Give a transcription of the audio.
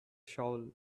shovel